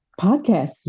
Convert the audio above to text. podcasts